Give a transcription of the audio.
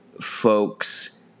folks